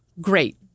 great